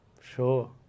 sure